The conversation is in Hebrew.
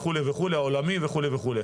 העולמי וכו'.